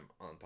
on